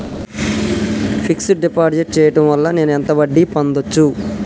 Fix డ్ deposit చేయటం వల్ల నేను ఎంత వడ్డీ పొందచ్చు?